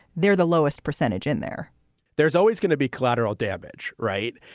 they're the lowest percentage in there there's always going to be collateral damage. right.